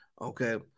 Okay